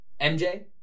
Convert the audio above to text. MJ